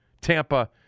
Tampa